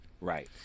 Right